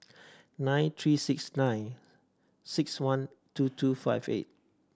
nine three six nine six one two two five eight